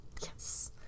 Yes